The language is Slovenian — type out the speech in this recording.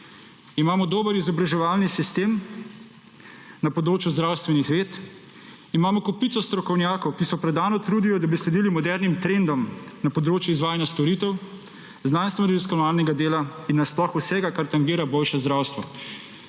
modernim trendom na področju zdravstveni svet, imamo kopico strokovnjakov, ki se predano trudijo, da bi sledili modernih trendom na področju izvajanja storitev znanstveno-raziskovalnega dela in na sploh vsega kar tangira boljše zdravstvo.